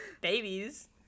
babies